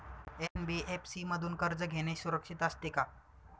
NBFC मधून कर्ज घेणे सुरक्षित असते का?